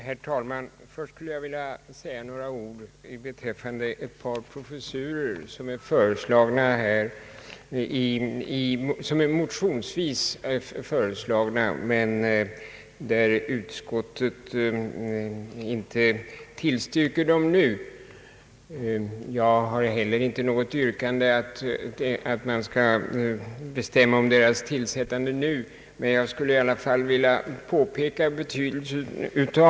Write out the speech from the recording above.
Herr talman! Först skulle jag vilja säga några ord om ett par professurer som motionsvis har föreslagits men som utskottet inte nu velat tillstyrka. Jag har inte heller något yrkande om att tjänsterna nu skall tillsättas men vill framhålla deras stora betydelse.